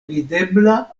videbla